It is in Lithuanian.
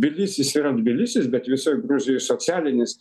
tbilisis yra tbilisis bet visoj gruzijoj socialinis